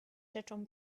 rzeczą